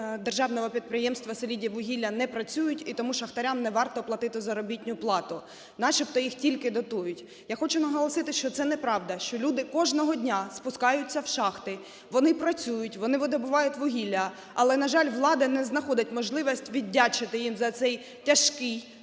державного підприємства "Селидіввугілля" не працюють і тому шахтарям не варто платити заробітну плату, начебто їх тільки дотують. Я хочу наголосити, що це неправда, що люди кожного дня спускаються в шахти, вони працюють, вони видобуваються вугілля, але на жаль, влада не знаходить можливість віддячити їм за цей тяжкий